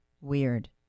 Weird